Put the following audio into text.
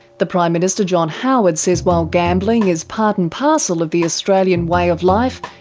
the prime minister john howard says while gambling is part and parcel of the australian way of life,